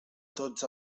tots